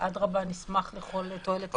שאדרבא נשמח לכל תועלת.